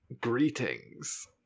greetings